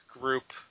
group